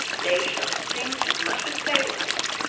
they shall sing as much as they like.